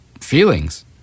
feelings